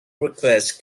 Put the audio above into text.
request